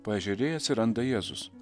paežerėj atsiranda jėzus